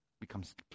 becomes